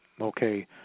Okay